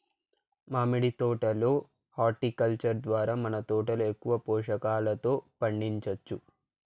మామిడి తోట లో హార్టికల్చర్ ద్వారా మన తోటలో ఎక్కువ పోషకాలతో పండించొచ్చు